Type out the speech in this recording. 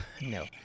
no